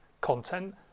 content